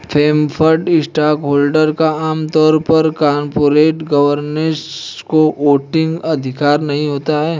preferred stockholder का आम तौर पर कॉरपोरेट गवर्नेंस में वोटिंग अधिकार नहीं होता है